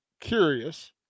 curious